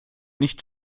nicht